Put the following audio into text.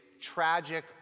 tragic